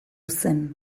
zen